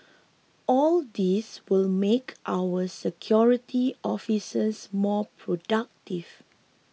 all these will make our security officers more productive